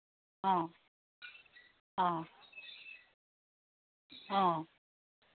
অঁ অঁ অঁ